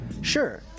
Sure